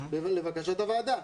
לבקשת הוועדה.